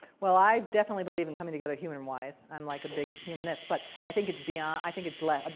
well, i definitely believe in coming together human-wise. i'm like a big humanist, but i think it's beyond, i think it's less,